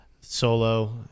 Solo